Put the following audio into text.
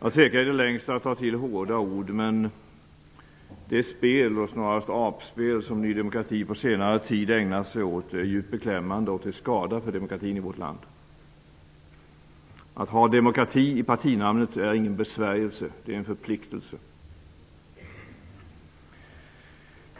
Jag tvekar i det längsta att ta till hårda ord, men jag vill ändå säga att det spel -- eller snarare apspel -- som Ny demokrati på senare tid har ägnat sig åt är djupt beklämmande och till skada för demokratin i vårt land. Att ha ''demokrati'' i partinamnet är ingen besvärjelse -- det är en förpliktelse.